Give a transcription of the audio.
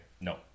no